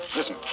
Listen